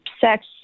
sex